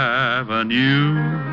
avenue